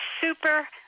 super